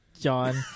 John